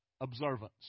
observance